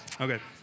Okay